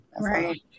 right